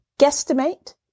guesstimate